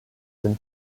than